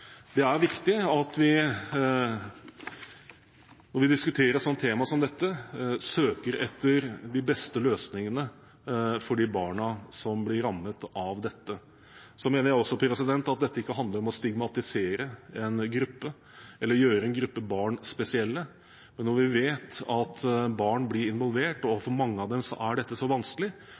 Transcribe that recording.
Det er viktig at vi, når vi diskuterer et tema som dette, søker etter de beste løsningene for de barna som blir rammet av dette. Så mener jeg også at dette handler ikke om å stigmatisere en gruppe, eller om å gjøre en gruppe barn spesielle, men når vi vet at barn blir involvert, og at for mange av dem er dette så vanskelig,